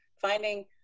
finding